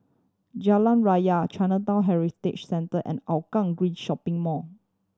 Jalan Raya Chinatown Heritage Center and Hougang Green Shopping Mall